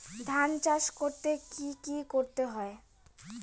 ধান চাষ করতে কি কি করতে হয়?